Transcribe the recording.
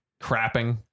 Crapping